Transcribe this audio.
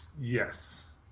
yes